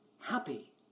happy